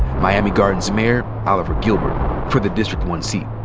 miami garden's mayor oliver gilbert for the district one seat.